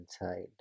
inside